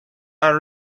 are